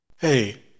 Hey